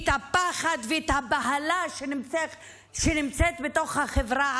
את הפחד ואת הבהלה שנמצאים בתוך החברה